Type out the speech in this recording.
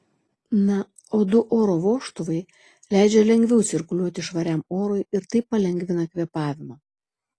na o du oro vožtuvai leidžia lengviau cirkuliuoti švariam orui ir taip palengvina kvėpavimą